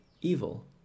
evil